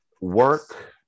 work